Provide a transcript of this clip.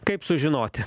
kaip sužinoti